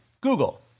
Google